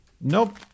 Nope